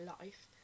life